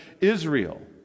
Israel